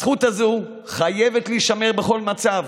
הזכות הזו חייבת להישמר בכל מצב,